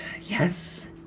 Yes